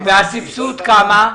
והסבסוד כמה?